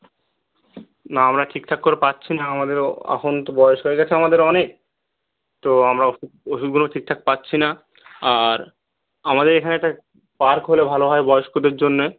না আমরা ঠিকঠাক করে পাচ্ছি না আমাদেরও এখন তো বয়স হয়ে গেছে আমাদের অনেক তো আমরা ওষুধ ওষুধগুলো ঠিকঠাক পাচ্ছি না আর আমাদের এখানে একটা পার্ক হলে ভালো হয় বয়স্কদের জন্যে